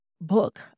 book